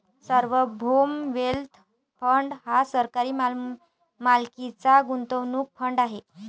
सार्वभौम wealth fund हा सरकारी मालकीचा गुंतवणूक फंड आहे